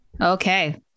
Okay